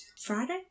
Friday